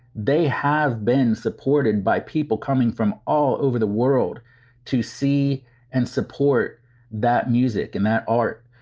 they have been supported by people coming from all over the world to see and support that music and that art.